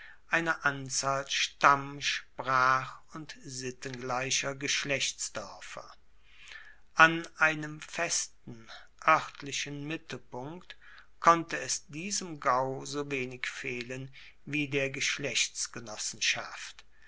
einer anzahl stamm sprach und sittengleicher geschlechtsdoerfer an einem festen oertlichen mittelpunkt konnte es diesem gau so wenig fehlen wie der